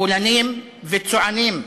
פולנים וצוענים,